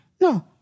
No